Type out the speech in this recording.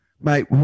Mate